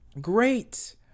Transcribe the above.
great